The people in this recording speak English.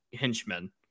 henchmen